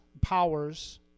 powers